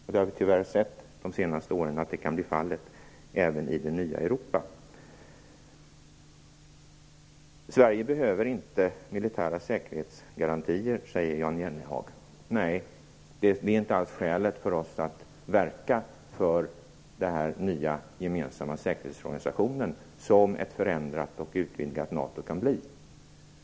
Vi har de senaste åren tyvärr sett att det kan bli fallet även i det nya Europa. Sverige behöver inte militära säkerhetsgarantier, säger Jan Jennehag. Nej, det är inte alls skälet för oss att verka för den nya gemensamma säkerhetsorganisation som ett förändrat och utvidgat NATO kan bli.